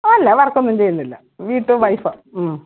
അല്ല വർക്ക് ഒന്നും ചെയ്യുന്നില്ല വീട്ട് വൈഫ് ആണ്